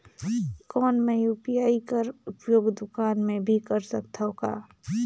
कौन मै यू.पी.आई कर उपयोग दुकान मे भी कर सकथव का?